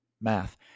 Math